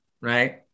right